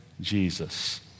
Jesus